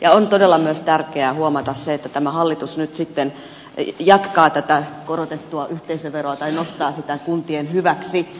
ja on todella myös tärkeää huomata se että tämä hallitus nyt sitten jatkaa tätä korotettua yhteisöveroa tai nostaa sitä kuntien hyväksi